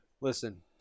listen